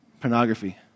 Pornography